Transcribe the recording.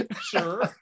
sure